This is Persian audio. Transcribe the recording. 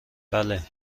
بله